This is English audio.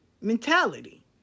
mentality